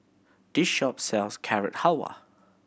this shop sells Carrot Halwa